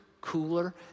cooler